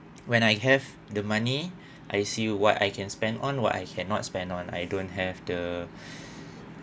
when I have the money I see what I can spend on what I cannot spend on I don't have the